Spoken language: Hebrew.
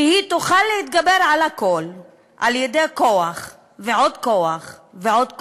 שהיא תוכל להתגבר על הכול על-ידי כוח ועוד כוח ועוד כוח,